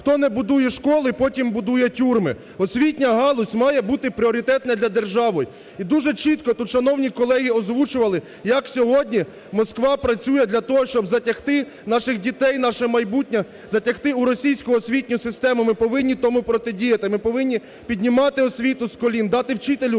хто не будує школи, потім будує тюрми. Освітня галузь має бути пріоритетна для держави. І дуже чітко тут шановні колеги озвучували, як сьогодні Москва працює для того, щоб затягти наших дітей, наше майбутнє, затягти у російську освітню систему. Ми повинні тому протидіяти, ми повинні піднімати освіту з колін, дати вчителю,